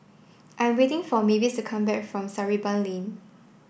I am waiting for Mavis to come back from Sarimbun Lane